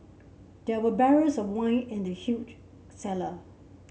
there were barrels of wine in the huge cellar